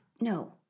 no